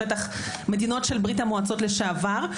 מדינות של ברית המועצות לשעבר.